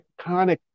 iconic